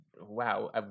wow